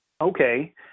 Okay